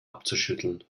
abzuschütteln